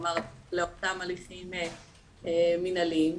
כלומר לאותם הליכים מנהליים,